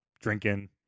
drinking